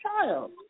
child